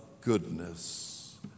goodness